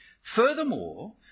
Furthermore